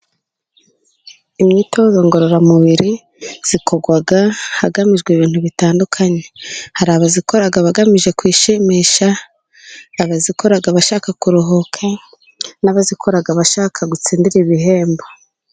Imyitozo ngororamubiri ikorwa hagamijwe ibintu bitandukanye. Hari abayikora bagamije kwishimisha, abayikora bashaka kuruhuka, n'abayiikora bashaka gutsindira ibihembo.